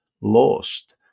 lost